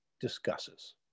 discusses